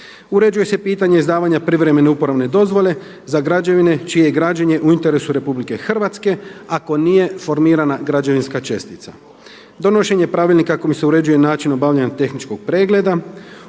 Uređuje se pitanje izdavanja privremene uporabne dozvole za građevine čije je građenje u interesu RH ako nije formirana građevinska cestica. Donošenje pravilnika kojim se uređuje način obavljanja tehničkog pregleda.